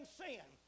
sin